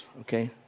Okay